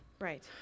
Right